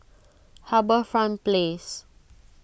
HarbourFront Place